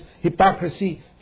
hypocrisy